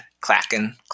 clacking